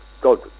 God